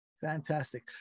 Fantastic